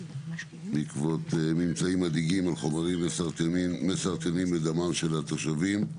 בעקבות ממצאים מדאיגים על חומרים מסרטנים בדמם של התושבים.